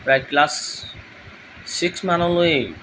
প্ৰায় ক্লাছ চিক্সমানলৈ